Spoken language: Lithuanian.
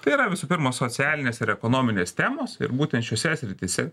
tai yra visų pirma socialinės ir ekonominės temos ir būtent šiose srityse